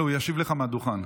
ישיב לך מהדוכן.